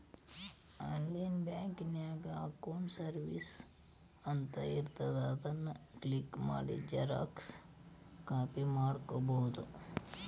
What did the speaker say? online ಬ್ಯಾಂಕಿನ್ಯಾಗ accounts services ಅಂತ ಇರ್ತಾದ ಅದನ್ ಕ್ಲಿಕ್ ಮಾಡಿ ಝೆರೊಕ್ಸಾ ಕಾಪಿ ತೊಕ್ಕೊಬೋದು